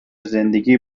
زندگی